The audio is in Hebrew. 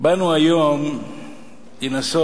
באנו היום לנסות